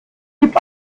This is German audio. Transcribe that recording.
gibt